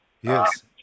Yes